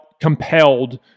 compelled